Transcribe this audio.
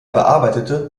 bearbeitete